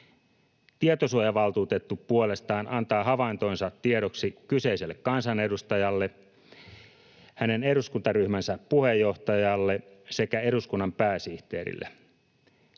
Tietosuojavaltuutettu puolestaan antaa havaintonsa tiedoksi kyseiselle kansanedustajalle, hänen eduskuntaryhmänsä puheenjohtajalle sekä eduskunnan pääsihteerille.